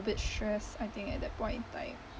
a bit stressed I think at that point in time